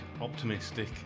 Optimistic